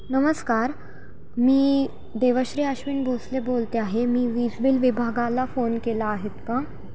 नमस्कार मी देवश्री आश्विन भोसले बोलते आहे मी वीज बिल विभागाला फोन केला आहेत का